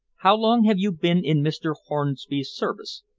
how long have you been in mr. hornby's service?